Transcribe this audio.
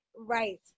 right